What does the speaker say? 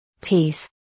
Peace